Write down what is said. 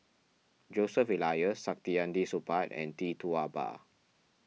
Joseph Elias Saktiandi Supaat and Tee Tua Ba